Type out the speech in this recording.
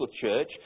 church